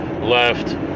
left